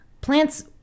plants